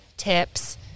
tips